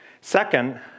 Second